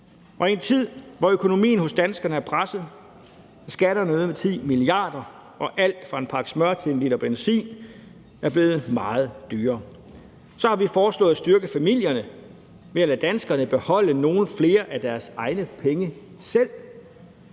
og i en tid, hvor økonomien hos danskerne er presset og skatterne er øget med 10 mia. kr. og alt fra en pakke smør til en liter benzin er blevet meget dyrere, så har vi foreslået at styrke familierne ved at lade danskerne beholde nogle flere af deres egne penge selv.